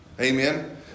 Amen